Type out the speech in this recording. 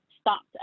stopped